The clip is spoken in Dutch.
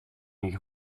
een